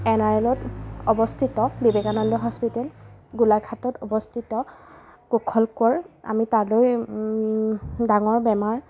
N R এলত অৱস্থিত Vivekananda hospital গোলাঘাটত অৱস্থিত কুশল কোঁৱৰ আমি তালৈ ডাঙৰ বেমাৰ